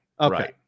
Okay